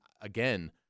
again